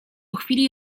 chwili